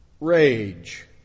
rage